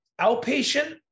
Outpatient